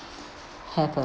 have a